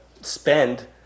spend